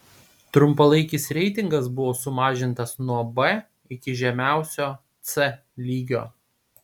trumpalaikis reitingas buvo sumažintas nuo b iki žemiausio c lygio